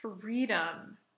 freedom